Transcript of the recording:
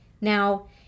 Now